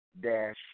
dash